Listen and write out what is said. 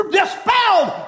dispelled